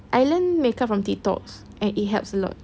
I learn makeup from TikToks and it helps a lot